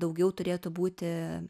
daugiau turėtų būti